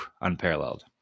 unparalleled